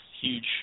huge